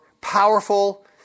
powerful